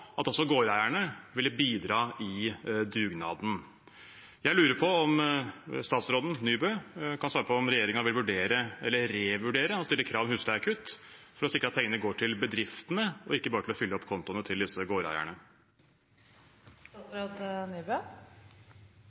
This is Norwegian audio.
at også gårdeierne ville bidra i dugnaden. Jeg lurer på om statsråd Nybø kan svare på om regjeringen vil vurdere – eller revurdere – å stille krav om husleiekutt for å sikre at pengene går til bedriftene og ikke bare til å fylle opp kontoene til disse